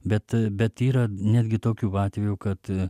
bet bet yra netgi tokių atvejų kad